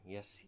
Yes